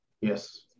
Yes